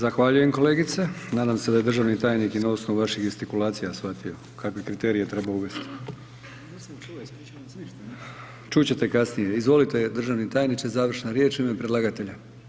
Zahvaljujem kolegice, nadam se da je državni tajnik i na osnovu vaših gestikulacija shvatio kakve kriterije treba uvesti. … [[Upadica sa strane, ne razumije se.]] Čut ćete kasnije, izvolite državni tajniče, završna riječ u ime predlagatelja.